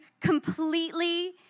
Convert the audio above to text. completely